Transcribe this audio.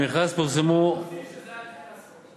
למכרז פורסמו, רק תוסיף שזה היה לפני עשור.